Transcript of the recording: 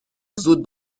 زود